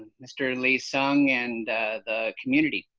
mr. lee-sung and the community.